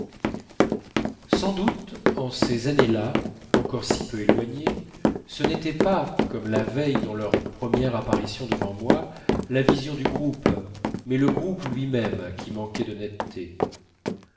sans doute en ces années-là encore si peu éloignées ce n'était pas comme la veille dans leur première apparition devant moi la vision du groupe mais le groupe lui-même qui manquait de netteté